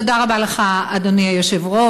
תודה רבה לך, אדוני היושב-ראש.